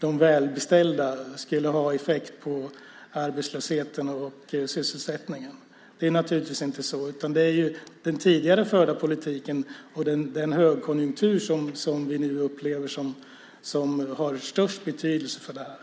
de välbeställda skulle ha effekt på arbetslösheten och sysselsättningen. Det är naturligtvis inte så. Det är den tidigare förda politiken och den högkonjunktur som vi nu upplever som har störst betydelse för det här.